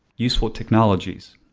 useful technologies.